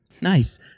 Nice